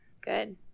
Good